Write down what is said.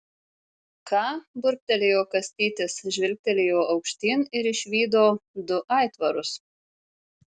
ką burbtelėjo kastytis žvilgtelėjo aukštyn ir išvydo du aitvarus